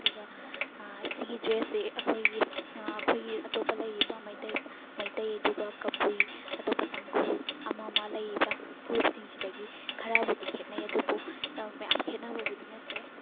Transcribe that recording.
ꯑꯗꯨꯒ ꯁꯤꯒꯤ ꯗ꯭ꯔꯦꯁꯁꯦ ꯑꯈꯣꯏꯒꯤ ꯑꯈꯣꯏꯒꯤ ꯑꯇꯣꯞꯄ ꯂꯩꯔꯤꯕ ꯃꯩꯇꯩ ꯃꯩꯇꯩ ꯑꯗꯨꯒ ꯀꯕꯨꯏ ꯑꯇꯣꯞꯄ ꯇꯥꯡꯈꯨꯜ ꯑꯃ ꯑꯃ ꯂꯩꯔꯤꯕ ꯐꯨꯔꯨꯞꯁꯤꯡ ꯁꯤꯗꯒꯤ ꯈꯔꯕꯨꯗꯤ ꯈꯦꯠꯅꯩ ꯑꯗꯨꯕꯨ ꯃꯌꯥꯝ ꯈꯦꯠꯅꯕꯕꯨꯗꯤ ꯅꯠꯇꯦ